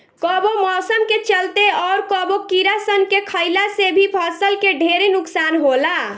कबो मौसम के चलते, अउर कबो कीड़ा सन के खईला से भी फसल के ढेरे नुकसान होला